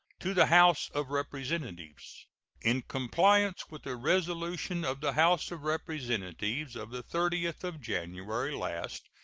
to the house of representatives in compliance with a resolution of the house of representatives of the thirtieth of january last,